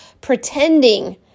pretending